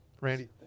Randy